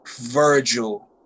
Virgil